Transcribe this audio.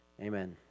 Amen